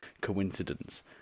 coincidence